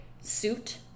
suit